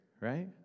right